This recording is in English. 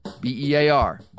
B-E-A-R